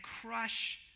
crush